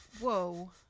Whoa